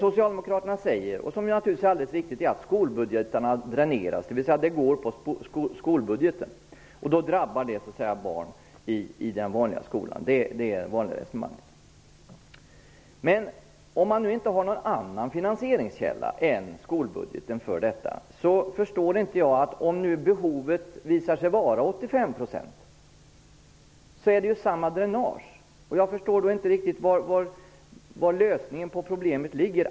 Socialdemokraterna säger ju, vilket naturligtvis är alldeles riktigt, att skolbudgetarna dräneras, dvs. kostnaden tär på skolbudgeten. Det drabbar då barn i den vanliga skolan; det är det vanliga resonemanget. Men om man inte har någon annan finansieringskälla än skolbudgeten för detta, förstår jag inte detta. Om behovet visar sig vara 85 % är det ju samma dränage som det handlar om. Jag förstår då inte vari lösningen på problemet ligger.